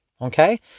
Okay